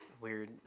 weird